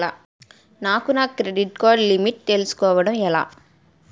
నాకు నా credit card limit తెలుసుకోవడం ఎలా?